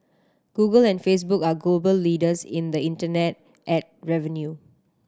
Google and Facebook are global leaders in the internet ad revenue